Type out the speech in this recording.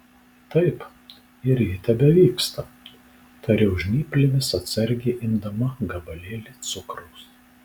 taip ir ji tebevyksta tariau žnyplėmis atsargiai imdama gabalėlį cukraus